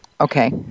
Okay